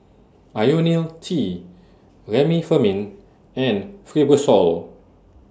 Ionil T Remifemin and Fibrosol